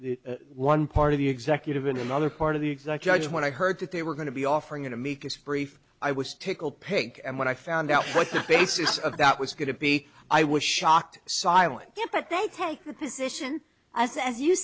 the one part of the executive in another part of the exact judge when i heard that they were going to be offering an amicus brief i was tickled pink and when i found out what the basis of that was going to be i was shocked silence but they take the position as